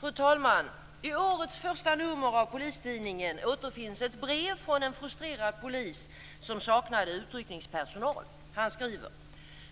Fru talman! I årets första nummer av Polistidningen återfinns ett brev från en frustrerad polis som saknar utryckningspersonal. Han skriver: